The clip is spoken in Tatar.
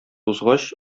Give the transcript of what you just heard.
узгач